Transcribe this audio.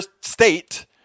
state